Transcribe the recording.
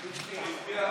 הצבעתי.